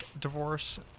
divorce